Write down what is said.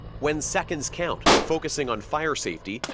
when seconds count, focusing on fire safety,